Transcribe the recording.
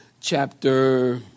chapter